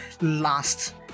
last